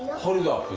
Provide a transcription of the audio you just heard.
hello.